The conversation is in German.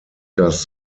das